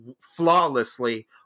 flawlessly